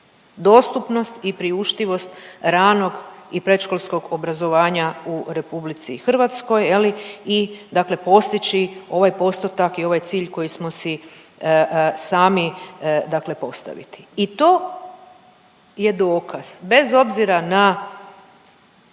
dostupnost i priuštivost ranog i predškolskog obrazovanja u RH je li i dakle postići ovaj postotak i ovaj cilj koji smo si sami dakle postaviti i to je dokaz bez obzira na